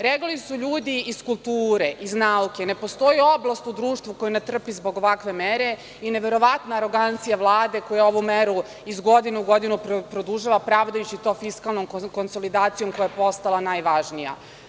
Reagovali su ljudi iz kulture, iz nauke, ne postoji oblast u društvu koja ne trpi zbog ovakve mere i neverovatna arogancija Vlade koja ovu meru iz godine u godinu produžava, pravdajući to fiskalnom konsolidacijom koja je postala najvažnija.